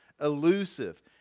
elusive